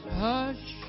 hush